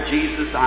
Jesus